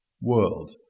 world